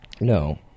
No